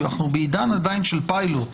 אנחנו עדיין בעידן של פיילוט.